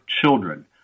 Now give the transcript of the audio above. children